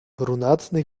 brunatny